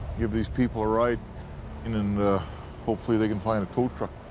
give these people a ride and then hopefully they can find a tow truck